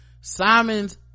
Simon's